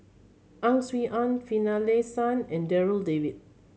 Ang Swee Aun Finlayson and Darryl David